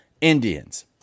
indians